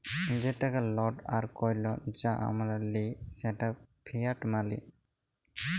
যে টাকা লট আর কইল যা আমরা লিই সেট ফিয়াট মালি